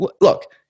Look